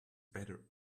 better